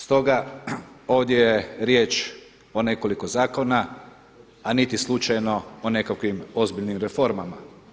Stoga ovdje je riječ o nekoliko zakona a niti slučajno o nekakvim ozbiljnim reformama.